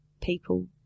people